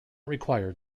required